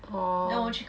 orh